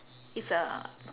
he's a